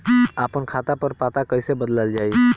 आपन खाता पर पता कईसे बदलल जाई?